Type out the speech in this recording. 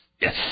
Yes